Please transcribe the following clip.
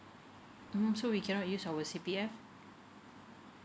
mm so we cannot use our C_P_F